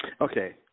Okay